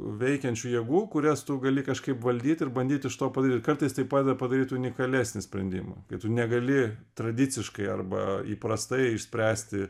veikiančių jėgų kurias tu gali kažkaip valdyt ir bandyt iš to padaryt kartais tai padeda padaryt unikalesnį sprendimą kai tu negali tradiciškai arba įprastai išspręsti